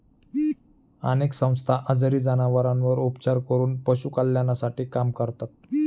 अनेक संस्था आजारी जनावरांवर उपचार करून पशु कल्याणासाठी काम करतात